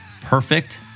perfect